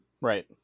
Right